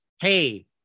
Hey